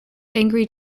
angry